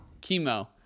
Chemo